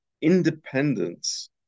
independence